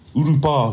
urupa